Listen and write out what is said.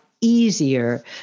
easier